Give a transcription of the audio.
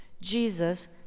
jesus